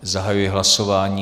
Zahajuji hlasování.